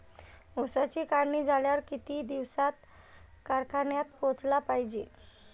ऊसाची काढणी झाल्यावर किती दिवसात कारखान्यात पोहोचला पायजे?